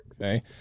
Okay